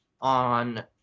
on